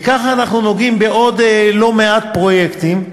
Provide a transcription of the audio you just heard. וכך אנחנו נוגעים עוד בלא מעט פרויקטים,